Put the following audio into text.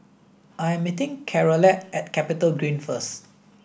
I am meeting Charolette at CapitaGreen first